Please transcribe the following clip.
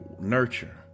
nurture